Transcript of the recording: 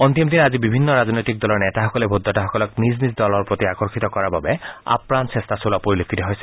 অন্তিম দিনা আজি বিভিন্ন দলৰ ৰাজনৈতিক নেতাসকলে ভোটদাতাসকলক নিজ নিজ দলৰ প্ৰতি আকৰ্ষিত কৰাৰ বাবে আপ্ৰাণ চেষ্টা চলোৱা পৰিলক্ষিত হৈছে